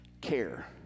care